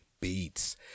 Beats